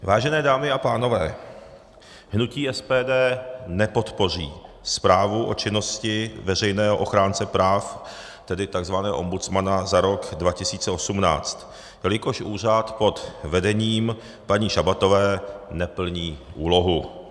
Vážené dámy a pánové, hnutí SPD nepodpoří zprávu o činnosti veřejného ochránce práv, tedy tzv. ombudsmana, za rok 2018, jelikož úřad pod vedením paní Šabatové neplní úlohu.